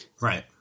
Right